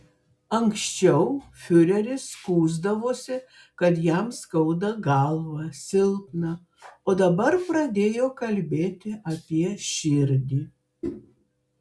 anksčiau fiureris skųsdavosi kad jam skauda galvą silpna o dabar pradėjo kalbėti apie širdį